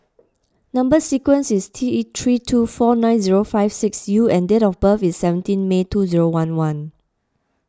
Number Sequence is T three two four nine zero five six U and date of birth is seventeen May two zero one one